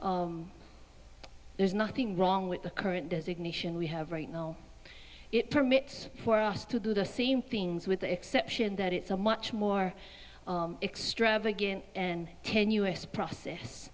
there's nothing wrong with the current designation we have right now it permits for us to do the same things with the exception that it's a much more extravagant and ten us process